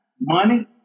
money